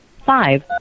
Five